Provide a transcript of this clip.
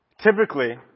Typically